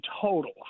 total